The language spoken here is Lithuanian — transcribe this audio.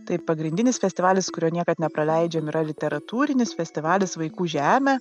tai pagrindinis festivalis kurio niekad nepraleidžiam yra literatūrinis festivalis vaikų žemė